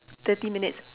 thirty minutes